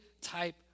type